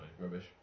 rubbish